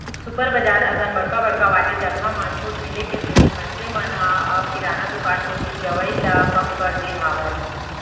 super बजार असन बड़का बड़का वाले जघा म छूट मिले के सेती मनसे मन ह अब किराना दुकान कोती जवई ल कम कर दे हावय